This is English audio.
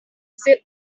sit